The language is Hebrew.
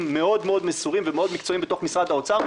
מאוד-מאוד מסורים ומאוד מקצועיים בתוך משרד האוצר,